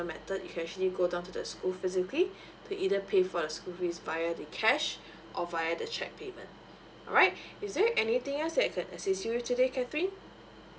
method you can actually go down to the school physically to either pay for the school fees via the cash or via the cheque payment alright is there anything else that I can assist you with today catherine